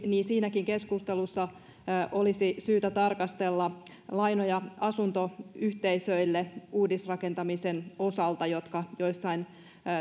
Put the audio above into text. niin siinäkin keskustelussa olisi syytä tarkastella lainoja asuntoyhteisöille uudisrakentamisen osalta jotka joissain